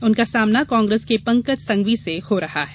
उनका सामना कांग्रेस के पंकज संघवी से हो रहा है